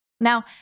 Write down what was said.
Now